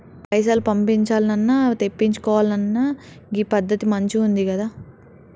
పైసలు పంపించాల్నన్నా, తెప్పిచ్చుకోవాలన్నా గీ పద్దతి మంచిగుందికదా